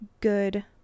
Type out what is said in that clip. good